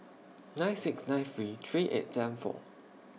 nine six nine three three eight seven four